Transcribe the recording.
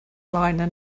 liner